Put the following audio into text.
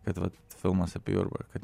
kad vat filmas apie jurbarką